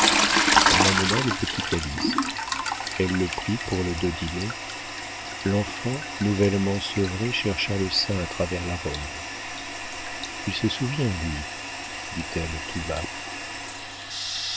on amena le petit calyste elle le prit pour le dodiner l'enfant nouvellement sevré chercha le sein à travers la robe il se souvient lui dit-elle tout bas